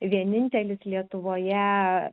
vienintelis lietuvoje